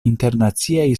internaciaj